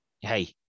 hey